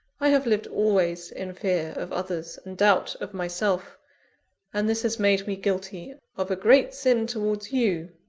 i have lived always in fear of others doubt of myself and this has made me guilty of a great sin towards you.